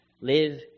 live